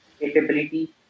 capability